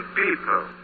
people